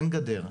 אין גדר.